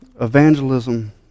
Evangelism